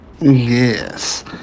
Yes